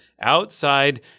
outside